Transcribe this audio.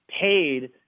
paid